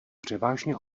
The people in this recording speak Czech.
převážně